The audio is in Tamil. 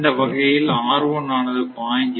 இந்த வகையில் R1 ஆனது 0